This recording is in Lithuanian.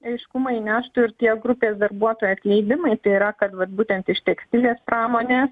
aiškumą įneštų ir tie grupės darbuotojų atleidimai tėra kad būtent iš tekstilės pramonės